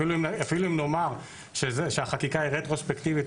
אפילו אם נאמר שהחקיקה היא רטרוספקטיבית,